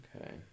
Okay